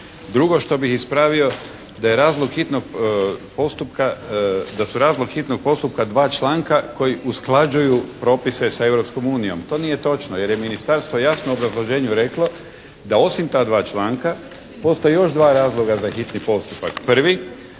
hitnog postupka, da su razlog hitnog postupka dva članka koji usklađuju propise sa Europskom unijom. To nije točno, jer je ministarstvo jasno u obrazloženju reklo da osim ta dva članka postoje još dva razloga za hitni postupak. Prvi,